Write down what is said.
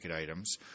items